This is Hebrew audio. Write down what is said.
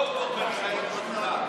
ד"ר בן חיים, אקרא.